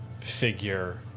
figure